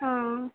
ஆ